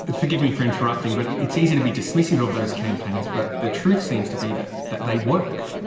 forgive me for interrupting but it's easy to be dismissive of those campaigns. but the truth seems to be that that they work.